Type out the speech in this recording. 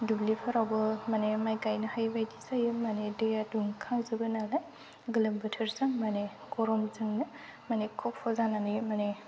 दुब्लिफोरावबो माने माइ गायनो हायि बायदि जायो आरो माने दैया दुंखांजोबो नालाय गोलोम बोथोरजों माने गरमजोंनो माने खफ' जानानै माने